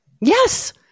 Yes